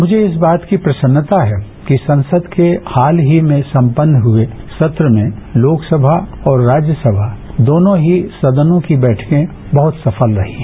मुझे इस बात की प्रसन्नता है कि संसद के हाल ही में संपन्न हुए सत्र में लोकसभा और राज्यसभा दोनों ही सदनों की बैठकों बहुत सफल रही हैं